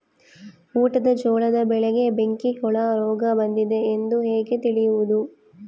ಊಟದ ಜೋಳದ ಬೆಳೆಗೆ ಬೆಂಕಿ ಹುಳ ರೋಗ ಬಂದಿದೆ ಎಂದು ಹೇಗೆ ತಿಳಿಯುವುದು?